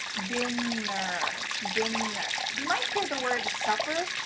dinner, dinner. you might hear the word supper,